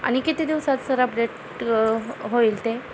आणि किती दिवसात सर अपडेट होईल ते